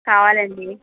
కావాలండి